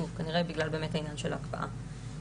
כנראה באמת בגלל העניין של ההקפאה.